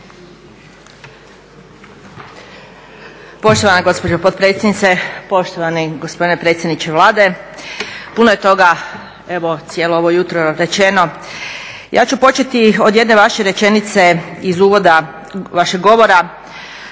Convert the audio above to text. Poštovana gospođo potpredsjednice, poštovani gospodine predsjedniče Vlade. Puno je toga cijelo ovo jutro rečeno. Ja ću početi od jedne vaše rečenice iz uvoda vašeg govora